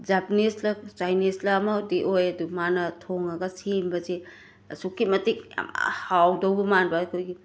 ꯖꯄꯥꯅꯤꯁꯂ ꯆꯥꯏꯅꯤꯁꯂ ꯑꯃ ꯗꯤ ꯑꯣꯏ ꯑꯗꯣ ꯃꯥꯅ ꯊꯣꯡꯂꯒ ꯁꯦꯝꯕꯁꯦ ꯑꯁꯨꯛꯀꯤ ꯃꯇꯤꯛ ꯌꯥꯝꯅ ꯍꯥꯎꯗꯧꯕ ꯃꯥꯟꯕ ꯑꯈꯣꯏꯒꯤ